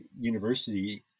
university